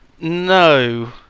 No